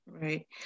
Right